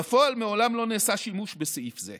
בפועל, מעולם לא נעשה שימוש בסעיף זה,